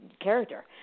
character